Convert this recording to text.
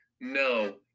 No